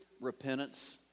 Repentance